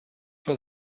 for